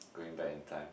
going back in time